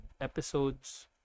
episodes